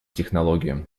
технологиям